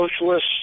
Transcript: socialists